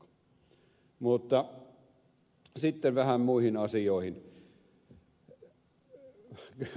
mutta sitten vähän muihin asioihin